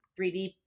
3D